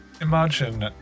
Imagine